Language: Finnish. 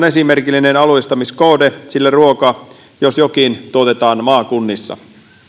esimerkillinen alueellistamiskohde sillä ruoka jos jokin tuotetaan maakunnissa